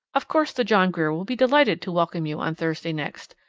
of course the john grier will be delighted to welcome you on thursday next,